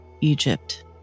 Egypt